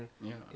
ya